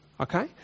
okay